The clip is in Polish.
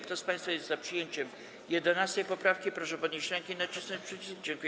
Kto z państwa jest za przyjęciem 11. poprawki, proszę podnieść rękę i nacisnąć przycisk.